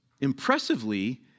Impressively